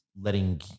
letting